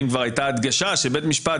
אם כבר הייתה הדגשה שראש ממשלה,